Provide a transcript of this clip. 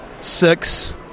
six